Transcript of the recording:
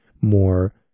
more